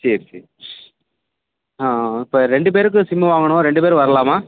சரி சரி ஆ ஆ ஆ இப்போ ரெண்டு பேருக்கு சிம்மு வாங்கணும் ரெண்டு பேர் வரலாமா